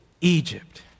Egypt